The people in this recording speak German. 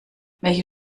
welche